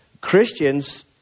christians